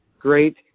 great